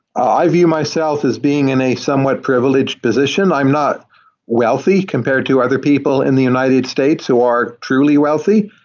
i view myself as being in a somewhat privileged position. i'm not wealthy compared to other people in the united states who are truly wealthy,